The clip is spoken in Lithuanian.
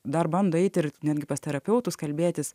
dar bando eit ir netgi pas terapeutus kalbėtis